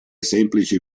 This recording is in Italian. semplici